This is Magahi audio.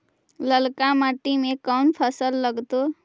ललका मट्टी में कोन फ़सल लगतै?